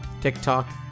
TikTok